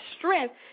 strength